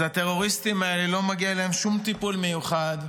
אז הטרוריסטים האלה, לא מגיע להם שום טיפול מיוחד.